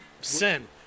sin